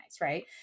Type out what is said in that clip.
right